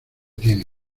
tienen